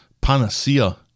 panacea